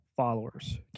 followers